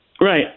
Right